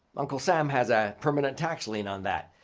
uncle sam has a permanent tax lien on that.